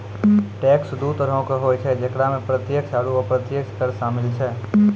tax दु तरहो के होय छै जेकरा मे प्रत्यक्ष आरू अप्रत्यक्ष कर शामिल छै